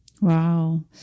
Wow